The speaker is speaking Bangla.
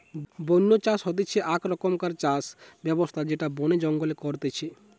বন্য চাষ হতিছে আক রকমকার চাষ ব্যবস্থা যেটা বনে জঙ্গলে করতিছে